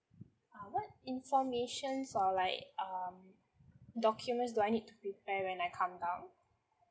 uh what information or like um documents do I need to prepare when I come down